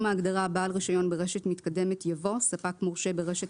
ההגדרה "בעל רישיון ברשת מתקדמת" יבוא: ""ספק מורשה ברשת